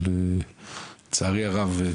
אבל לצערי הרב.